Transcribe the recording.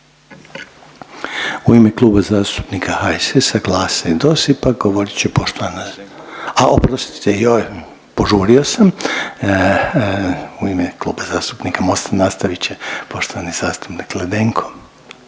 U ime Kluba zastupnika HSS-a, GLAS-a i DOSIP-a govorit će poštovana … A oprostite joj, požurio sam. U ime Kluba zastupnika Mosta nastavit će poštovani zastupnik Ledenko.